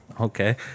Okay